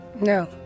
No